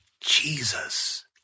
Jesus